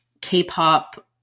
K-pop